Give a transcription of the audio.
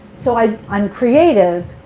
so i'm i'm creative,